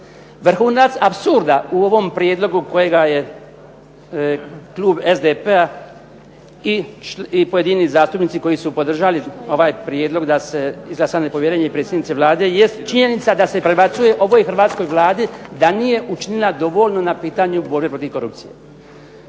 Vrhunac apsurda u ovom prijedlogu kojega je klub SDP-a i pojedini zastupnici koji su podržali ovaj prijedlog da se izglasa nepovjerenje predsjednici Vlade jest činjenica da se prebacuje ovoj hrvatskoj Vladi da nije učinila dovoljno na pitanju borbe protiv korupcije.